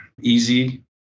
easy